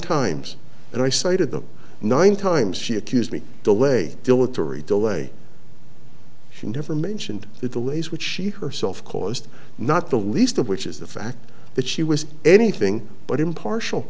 times and i cited the nine times she accused me delay dilatory delay she never mentioned the delays which she herself caused not the least of which is the fact that she was anything but impartial